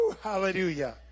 hallelujah